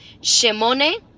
shemone